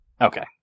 Okay